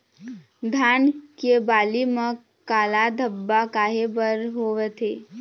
धान के बाली म काला धब्बा काहे बर होवथे?